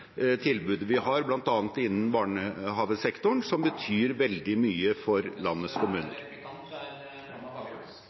tilbudet vi har, bl.a. innen barnehagesektoren, som betyr veldig mye for landets